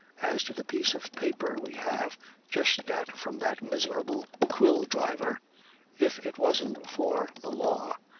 as to the piece of paper we have just got from that miserable quill-driver if it wasn't for the law,